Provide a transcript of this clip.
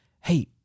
Hey